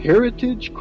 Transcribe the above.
Heritage